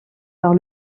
par